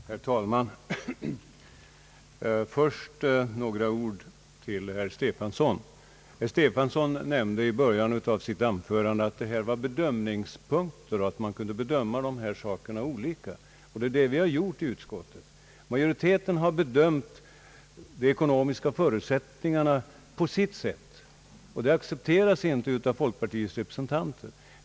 Herr talman! Först vill jag säga någ >a ord till herr Stefanson. Han nämnde i början av sitt anförande att det här var bedömningsfrågor och att man kunde bedöma dessa punkter olika. Det är detta vi gjort i utskottet. Majoriteten har bedömt de ekonomiska förutsättningarna på sitt sätt. Det accepteras inte av folkpartiets representanter.